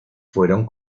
fueron